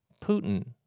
Putin